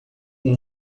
com